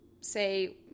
say